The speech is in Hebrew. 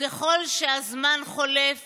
וככל שהזמן חולף